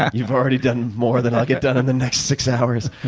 you've already done more than i'll get done in the next six hours.